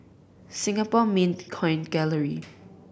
Singapore Mint Coin Gallery